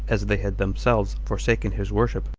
as they had themselves forsaken his worship.